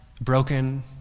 broken